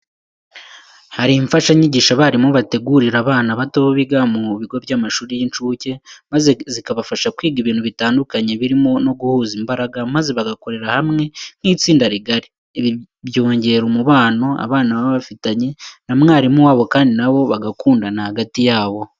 Hari imfashanyigisho abarimu bategurira abana bato biga mu bigo by'amashuri y'incuke maze zikabafasha kwiga ibintu bitandukanye birimo no guhuza imbaraga maze bagakorera hamwe nk'itsinda rigari. Ibi byongera umubano abana baba bafitanye na mwarimu wabo kandi na bo bagakundana hagati yabo.